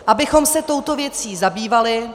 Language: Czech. ... abychom se touto věcí zabývali.